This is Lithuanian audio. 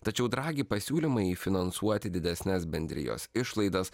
tačiau dragi pasiūlymai finansuoti didesnes bendrijos išlaidas